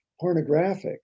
pornographic